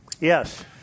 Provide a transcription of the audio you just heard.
Yes